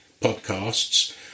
podcasts